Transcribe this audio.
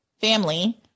family